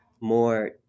more